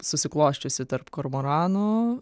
susiklosčiusį tarp kormoranų